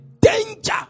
danger